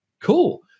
cool